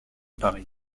paris